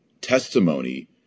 testimony